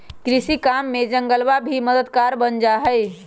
कृषि काम में जंगलवा भी मददगार बन जाहई